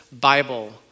Bible